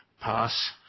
Pass